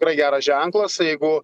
tikrai geras ženklas jeigu